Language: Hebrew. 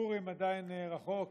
פורים עדיין רחוק,